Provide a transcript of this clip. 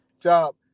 job